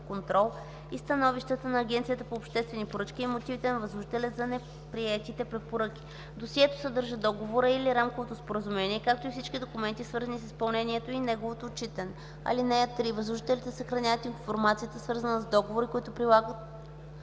контрол - и становищата на Агенцията по обществени поръчки, и мотивите на възложителя за неприетите препоръки. Досието съдържа договора или рамковото споразумение, както и всички документи свързани с изпълнението и неговото отчитане. (3) Възложителите съхраняват информацията, свързана с договори, когато прилагат